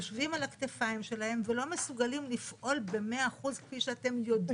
יושבים על הכתפיים שלהם ולא מסוגלים לפעול במאה אחוז כפי שאתם יודעים.